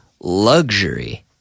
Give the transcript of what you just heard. luxury